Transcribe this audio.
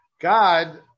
God